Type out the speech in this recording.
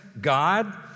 God